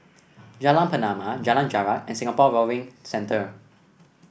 Jalan Pernama Jalan Jarak and Singapore Rowing Centre